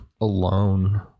alone